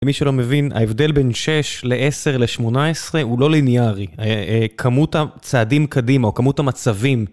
למי שלא מבין, ההבדל בין 6 ל-10 ל-18 הוא לא ליניארי. כמות הצעדים קדימה או כמות המצבים.